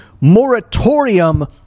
moratorium